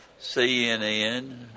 CNN